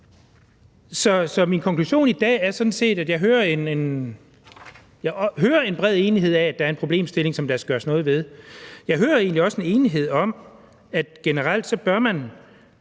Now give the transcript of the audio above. Så min konklusion i dag er sådan set, at jeg hører en bred enighed om, at der er en problemstilling, der skal gøres noget ved, og jeg hører egentlig også en enighed om, at man generelt på skolerne